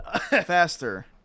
faster